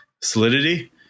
Solidity